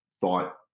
thought